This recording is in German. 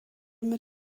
mit